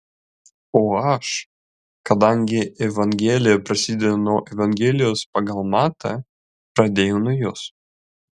o aš kadangi evangelija prasideda nuo evangelijos pagal matą pradėjau nuo jos